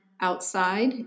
outside